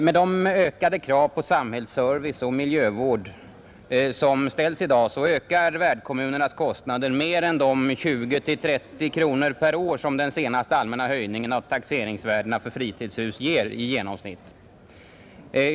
Med de ökade krav på samhällsservice och miljövård som ställs i dag ökar värdkommunernas kostnader mer än de 20-30 kronor per år som den senaste allmänna höjningen av taxeringsvärdena för fritidshus ger i genomsnitt.